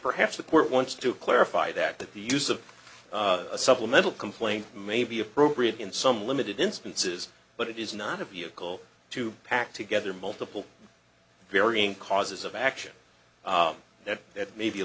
perhaps the court wants to clarify that that the use of a supplemental complaint may be appropriate in some limited instances but it is not a vehicle to pack together multiple varying causes of action